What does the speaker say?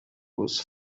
was